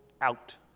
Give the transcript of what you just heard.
out